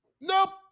nope